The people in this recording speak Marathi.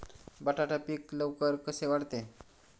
बटाटा पीक लवकर कसे वाढते?